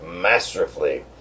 masterfully